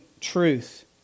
truth